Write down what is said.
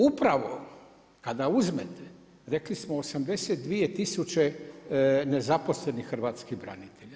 Upravo kada uzmete, rekli smo 82 tisuće nezaposlenih hrvatskih branitelja.